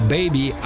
Baby